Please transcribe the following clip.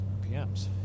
RPMs